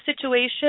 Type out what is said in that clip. situation